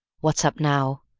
what's up now?